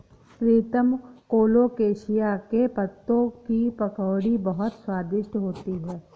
प्रीतम colocasia के पत्तों की पकौड़ी बहुत स्वादिष्ट होती है